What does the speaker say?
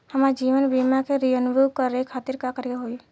हमार जीवन बीमा के रिन्यू करे खातिर का करे के होई?